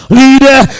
leader